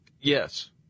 Yes